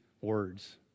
words